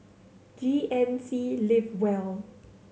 G N C Live well